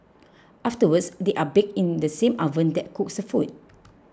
afterwards they are baked in the same oven that cooks her food